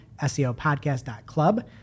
seopodcast.club